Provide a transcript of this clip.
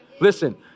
Listen